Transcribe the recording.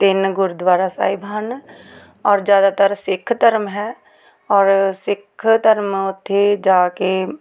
ਤਿੰਨ ਗੁਰਦੁਆਰਾ ਸਾਹਿਬ ਹਨ ਔਰ ਜ਼ਿਆਦਾਤਰ ਸਿੱਖ ਧਰਮ ਹੈ ਔਰ ਸਿੱਖ ਧਰਮ ਉੱਥੇ ਜਾ ਕੇ